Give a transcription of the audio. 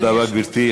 תודה רבה לך, גברתי.